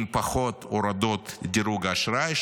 עם פחות הורדות דירוג האשראי,